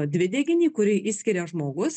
dvideginį kurį išskiria žmogus